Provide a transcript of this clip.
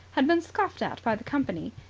had been scoffed at by the company,